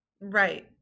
right